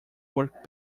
work